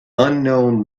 unknown